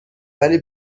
ولی